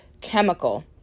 chemical